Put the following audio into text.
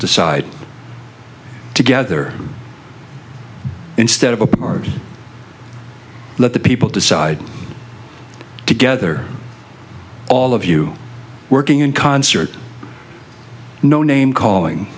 decide together instead of apart let the people decide together all of you working in concert no name calling